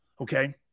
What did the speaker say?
Okay